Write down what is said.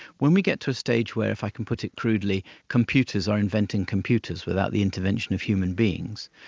when we get to a stage where, if i could put it crudely, computers are inventing computers without the intervention of human beings,